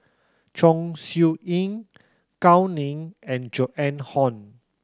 Chong Siew Ying Gao Ning and Joan Hon